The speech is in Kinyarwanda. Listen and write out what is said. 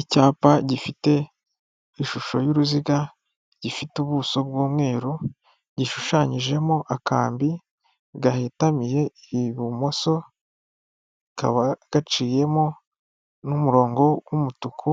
Icyapa gifite ishusho y'uruziga gifite ubuso bw'umweru gishushanyijemo akambi gahetamiye ibumoso, kakaba gaciyemo n'umurongo w'umutuku